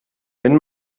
wenn